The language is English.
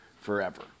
forever